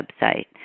website